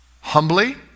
humbly